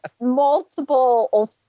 multiple